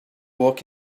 work